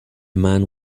man